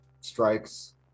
strikes